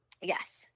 Yes